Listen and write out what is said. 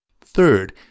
Third